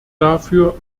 dafür